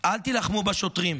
אל תילחמו בשוטרים,